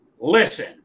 Listen